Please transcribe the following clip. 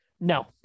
No